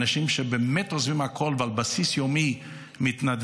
אנשים שבאמת עוזבים הכול ועל בסיס יומי מתנדבים.